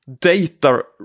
data